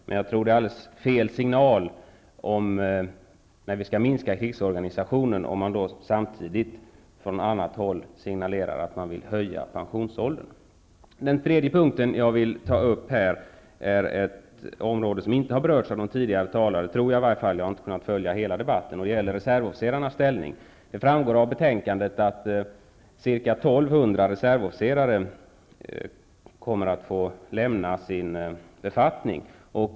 Men jag tror att det är alldeles fel signal när vi skall minska krigsorganisationen att samtidigt från annat håll signalera en höjning av pensionsåldern. Den tredje punkt som jag vill ta upp här gäller ett område som jag i varje fall inte tror har berörts av någon tidigare talare -- jag har inte kunnat följa hela debatten -- nämligen reservofficerarnas ställning. Det framgår av betänkandet att ca 1 200 reservofficerare kommer att få lämna sina befattningar.